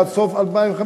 עד סוף 2015,